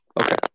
Okay